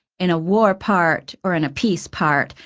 in a war part or in a peace part,